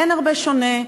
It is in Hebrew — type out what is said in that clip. אין הרבה שוני.